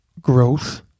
growth